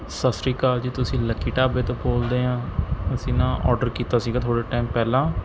ਸਤਿ ਸ਼੍ਰੀ ਅਕਾਲ ਜੀ ਤੁਸੀਂ ਲੱਕੀ ਢਾਬੇ ਤੋਂ ਬੋਲਦੇ ਆਂ ਅਸੀਂ ਨਾ ਔਡਰ ਕੀਤਾ ਸੀਗਾ ਥੋੜ੍ਹੇ ਟਾਈਮ ਪਹਿਲਾਂ